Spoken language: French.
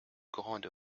grande